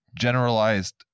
generalized